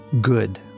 Good